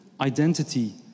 Identity